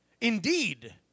indeed